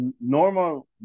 normal